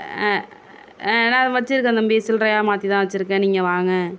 ஆ ஆ நான் வச்சுருக்கேன் தம்பி சில்லறையா மாற்றிதான் வச்சுருக்கேன் நீங்கள் வாங்க